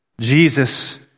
Jesus